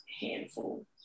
handful